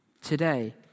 Today